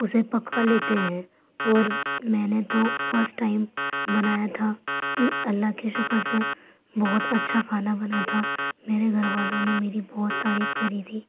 اسے پکا لیتے ہیں اور میں نے تو فسٹ ٹائم بنایا تھا اللہ کے شکر سے بہت اچھا کھانا بنا تھا میرے گھر والوں نے میری بہت تعریف کری تھی